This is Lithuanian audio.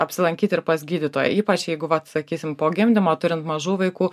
apsilankyt ir pas gydytoją ypač jeigu vat sakysim po gimdymo turint mažų vaikų